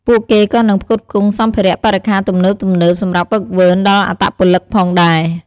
ពួកគេក៏នឹងផ្គត់ផ្គង់សម្ភារៈបរិក្ខារទំនើបៗសម្រាប់ហ្វឹកហ្វឺនដល់អត្តពលិកផងដែរ។